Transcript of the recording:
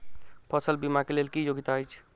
फसल बीमा केँ लेल की योग्यता अछि?